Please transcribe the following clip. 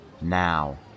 Now